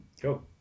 cool